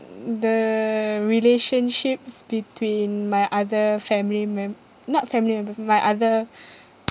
mm the relationships between my other family mem~ not family members my other